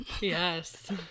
Yes